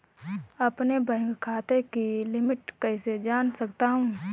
अपने बैंक खाते की लिमिट कैसे जान सकता हूं?